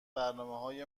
برنامههای